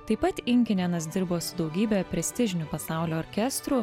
taip pat inkinenas dirbo su daugybe prestižinių pasaulio orkestrų